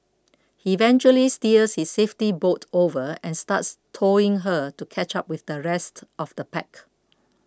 he eventually steers his safety boat over and starts towing her to catch up with the rest of the pack